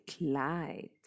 light